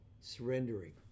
surrendering